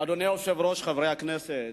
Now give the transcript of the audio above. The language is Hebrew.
אדוני היושב-ראש, חברי הכנסת,